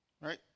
Right